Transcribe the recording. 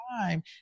time